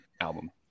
album